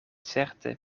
certe